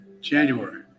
January